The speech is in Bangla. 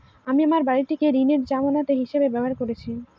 আমি আমার বাড়িটিকে ঋণের জামানত হিসাবে ব্যবহার করেছি